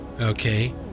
okay